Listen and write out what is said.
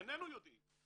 איננו יודעים.